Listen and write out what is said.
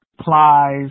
Plies